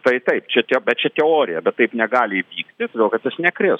tai taip čia tie bet čia teorija bet taip negali įvykti todėl kad jis nekris